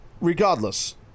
regardless